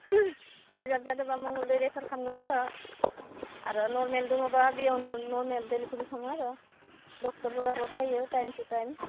reserve जादोब्ला मंगलदै रेफार खामगोन आर' आरो नर्मेल दङब्ला बेयाव नर्मेल डेलिभारि खालामो आरो ड'क्टरफोराबो फायो टाइम टु टाइम